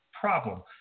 problem